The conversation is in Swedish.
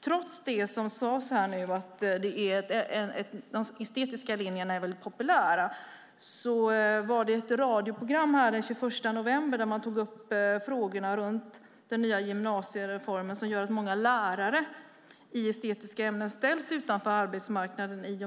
Ministern sade att de estetiska linjerna är populära, men i ett radioprogram den 21 november talade man om att den nya gymnasiereformen innebär att många lärare i estetiska ämnen ställs utanför arbetsmarknaden.